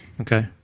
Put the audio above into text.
Okay